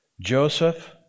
Joseph